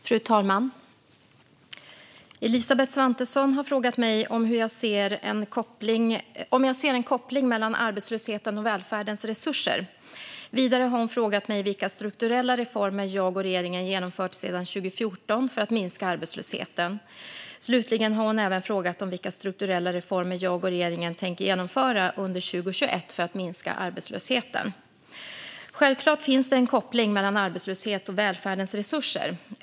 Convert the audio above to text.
Fru talman! Elisabeth Svantesson har frågat mig om jag ser en koppling mellan arbetslösheten och välfärdens resurser. Vidare har hon frågat mig vilka strukturella reformer jag och regeringen genomfört sedan 2014 för att minska arbetslösheten. Slutligen har hon även frågat om vilka strukturella reformer jag och regeringen tänker genomföra under 2021 för att minska arbetslösheten. Självklart finns det en koppling mellan arbetslöshet och välfärdens resurser.